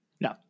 No